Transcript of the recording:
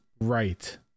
right